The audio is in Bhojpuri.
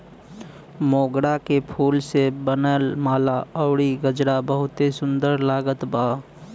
मोगरा के फूल से बनल माला अउरी गजरा बहुते सुन्दर लागत बा